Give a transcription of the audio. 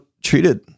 Treated